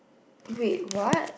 wait what